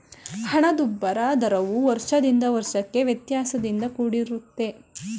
ಹಣದುಬ್ಬರದ ದರವು ವರ್ಷದಿಂದ ವರ್ಷಕ್ಕೆ ವ್ಯತ್ಯಾಸದಿಂದ ಕೂಡಿರುತ್ತೆ